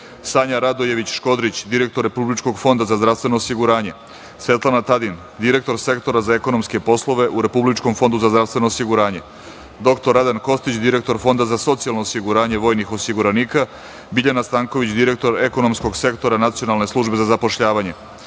Sanja Radojević Škodrić, direktor Republičkog fonda za zdravstveno osiguranje; Svetlana Tadin, direktor Sektora za ekonomske poslove u Republičkom fondu za zdravstveno osiguranje; dr Radan Kostić, direktor Fonda za socijalno osiguranje vojnih osiguranika; Biljana Stanković, direktor ekonomskog sektora Nacionalne službe za zapošljavanje;